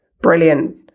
brilliant